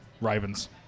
Ravens